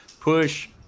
push